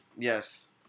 yes